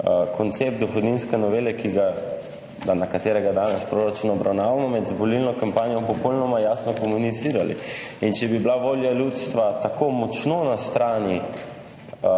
koncept dohodninske novele, ki ga, na katerega danes proračun obravnavamo, med volilno kampanjo popolnoma jasno komunicirali. In če bi bila volja ljudstva tako močno na strani